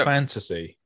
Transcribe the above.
Fantasy